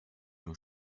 nur